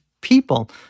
people